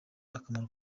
akamaro